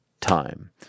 Time